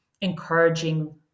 encouraging